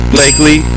Blakely